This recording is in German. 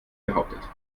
behauptet